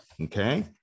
okay